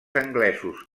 anglesos